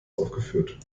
aufgeführt